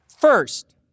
First